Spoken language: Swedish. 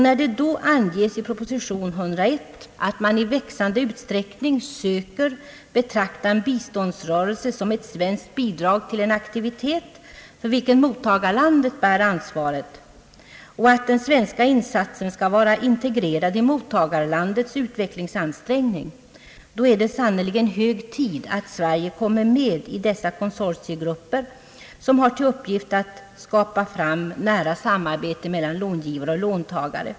När det då anges i proposition 101 att man i växande utsträckning söker betrakta en biståndsrörelse som ett svenskt bidrag till en aktivitet för vilken mottagarlandet bär ansvaret och att den svenska insatsen skall vara integrerad i mottagarlandets utvecklings ansträngning — då är det sannerligen hög tid att Sverige kommer med i dessa konsortiegrupper, som har till uppgift att skapa »nära samarbete mellan långivare och låntagare».